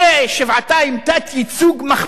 תת-ייצוג מחפיר,